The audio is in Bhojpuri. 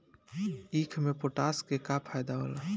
ईख मे पोटास के का फायदा होला?